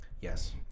Yes